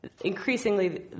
Increasingly